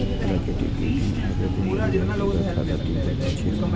प्राकृतिक, कृत्रिम आ प्रतिनिधि व्यक्तिगत खाता तीन प्रकार छियै